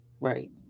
right